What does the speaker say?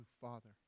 Father